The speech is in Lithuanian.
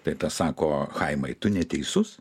tai tas sako chaimai tu neteisus